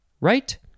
right